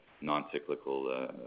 non-cyclical